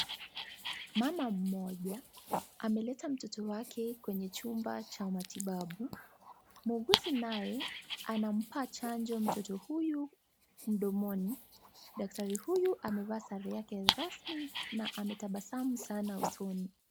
Mama mmoja ameleta mtoto wake kwenye chumba cha matibabu. Muuguzi naye anampa chanjo mtoto huyu mdomoni. Daktari huyu amevaa sare yake rasmi na ametabasamu sana usoni.